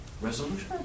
resolution